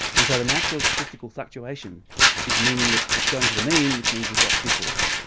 and so the natural statistical fluctuation is meaning that it's going to the mean, which means we've got disorder.